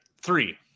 Three